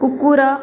କୁକୁର